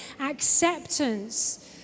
acceptance